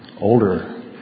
older